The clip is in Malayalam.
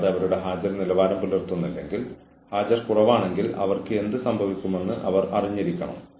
കൂടാതെ നിങ്ങൾ മറ്റൊരു തരത്തിൽ തെളിയിക്കപ്പെട്ടില്ലെങ്കിൽ നിങ്ങൾ കുറ്റക്കാരനല്ലെന്ന് നിയമം പറയുന്നു